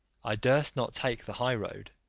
i durst not take the high road,